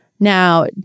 Now